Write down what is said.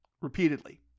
Repeatedly